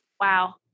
Wow